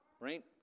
right